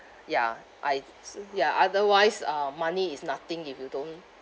ya I s~ ya otherwise um money is nothing if you don't